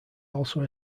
also